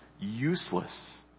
useless